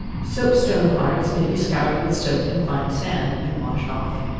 soap-stone hearths may be scoured with soap and fine sand, and washed off.